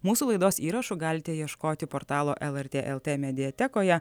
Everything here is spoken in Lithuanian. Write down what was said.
mūsų laidos įrašų galite ieškoti portalo lrt lt mediatekoje